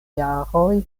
jaroj